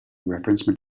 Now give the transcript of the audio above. reference